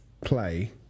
play